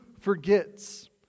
forgets